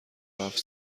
رفت